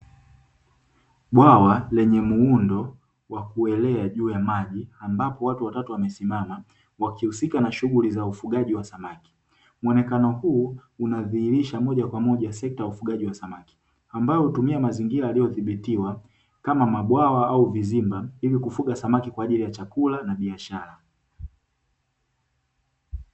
Bwawa lenye muundo wa kuelea juu ya maji, ambapo watu watatu wamesimama, wakihusika na shughuli za ufugaji wa samaki. Muonekano huu unadhirisha moja kwa moja sekta ya ufugaji wa samaki, ambao unatumia mazingira yaliyodhibitiwa kama mabwawa au vizimba, ili kufuga samaki kwa ajili ya chakula au biashara.